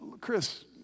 Chris